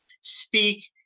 speak